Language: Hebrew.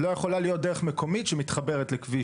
לא יכולה להיות דרך מקומית שמתחברת לכביש